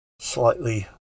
slightly